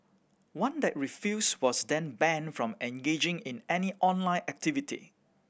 one that refused was then banned from engaging in any online activity